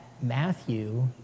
Matthew